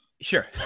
sure